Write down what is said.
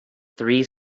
three